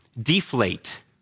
deflate